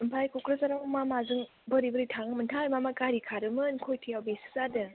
ओमफ्राइ क'क्राझाराव मा माजों बोरै बोरै थाङोमोनथाय मा मा गारि खारोमोन खयथायाव बेसो जादों